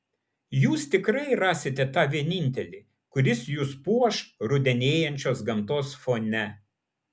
jūs tikrai rasite tą vienintelį kuris jus puoš rudenėjančios gamtos fone